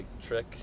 trick